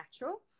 natural